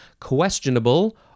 questionable